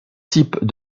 types